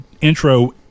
intro